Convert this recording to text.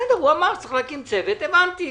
בסדר, הוא אמר שצריך להקים צוות, הבנתי.